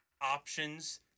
options